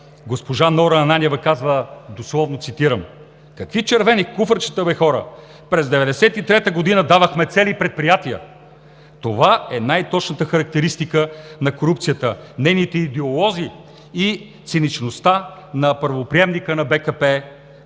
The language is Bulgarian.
госпожа Нора Ананиева казва, цитирам дословно: „Какви червени куфарчета, бе, хора?! През 1993 г. давахме цели предприятия!“ Това е най-точната характеристика на корупцията, нейните идеолози и циничността на първоприемника на БКП, днес